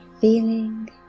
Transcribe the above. feeling